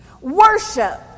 Worship